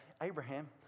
Abraham